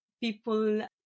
people